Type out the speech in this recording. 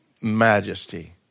majesty